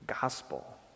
gospel